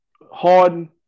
Harden